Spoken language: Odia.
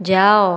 ଯାଅ